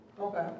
Okay